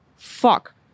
Fuck